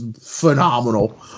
phenomenal